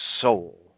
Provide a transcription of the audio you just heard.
soul